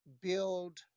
build